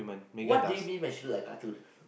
what do you mean but she look like cartoon